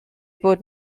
bod